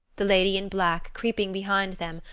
the lady in black, creeping behind them,